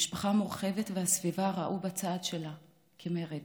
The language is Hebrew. המשפחה המורחבת והסביבה ראו בצעד שלה מרד: